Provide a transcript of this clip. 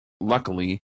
luckily